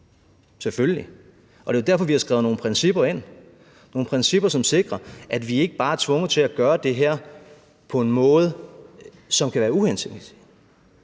selvfølgelig. Og det er jo derfor, vi har skrevet nogle principper ind, som sikrer, at vi ikke bare er tvunget til at gøre det her på en måde, som kan være uhensigtsmæssig.